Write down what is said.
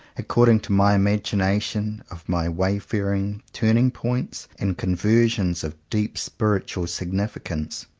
according to my imagination of my wayfaring, turn ing-points and conversions of deep spiritual significance.